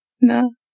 no